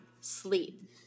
sleep